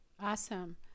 awesome